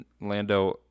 Lando